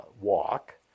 Walk